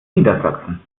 niedersachsen